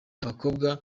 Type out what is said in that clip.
abakobwa